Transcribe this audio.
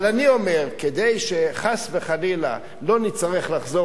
אבל אני אומר: כדי שחס וחלילה לא נצטרך לחזור